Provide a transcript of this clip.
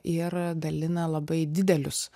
ir dalina labai didelius